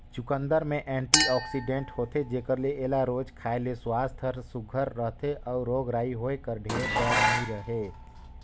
चुकंदर में एंटीआक्सीडेंट होथे जेकर ले एला रोज खाए ले सुवास्थ हर सुग्घर रहथे अउ रोग राई होए कर ढेर डर नी रहें